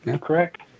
Correct